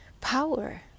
power